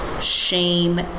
shame